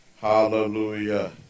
Hallelujah